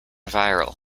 viral